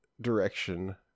direction